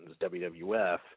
WWF